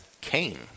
Cain